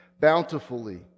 bountifully